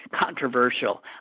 controversial